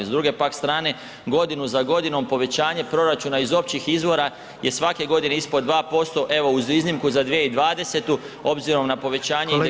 S druge pak strane, godinu za godinom povećanje proračuna iz općih izvora je svake godine ispod 2%, evo uz iznimku za 2020. obzirom na povećanje i…